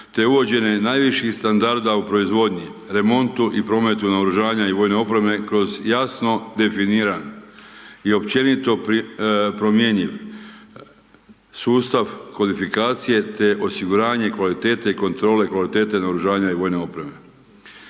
te uvođenje najviših standarda u proizvodnji, remontu i prometu naoružanja i vojne opreme kroz jasno definiran i općenito promjenjiv sustav kodifikacije te osiguranje kvalitete i kontrole kvalitete naoružanja i vojne opreme.